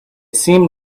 seemed